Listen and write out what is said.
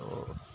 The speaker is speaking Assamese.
ত'